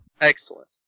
Excellent